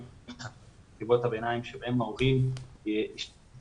--- חטיבות הביניים שבהם ההורים יצטרכו